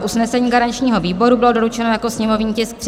Usnesení garančního výboru bylo doručeno jako sněmovní tisk 366/4.